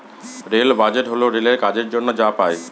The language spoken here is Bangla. রেল বাজেট হল রেলের কাজের জন্য যা পাই